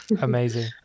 Amazing